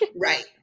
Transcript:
Right